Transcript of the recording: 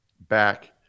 back